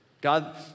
God